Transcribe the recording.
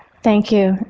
thank you.